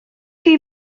chi